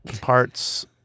parts